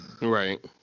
Right